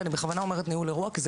ואני בכוונה אומרת ניהול אירוע כי זה